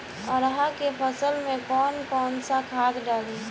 अरहा के फसल में कौन कौनसा खाद डाली?